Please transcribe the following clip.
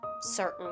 certain